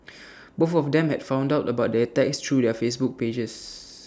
both of them had found out about the attacks through their Facebook pages